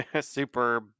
super